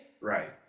Right